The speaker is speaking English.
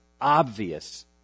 obvious